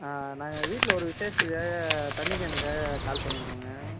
நாங்கள் வீட்டில் ஒரு விஷேசத்துக்காக தண்ணி கேனுக்காக கால் பண்ணியிருக்கோங்க